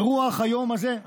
ברוח היום הזה,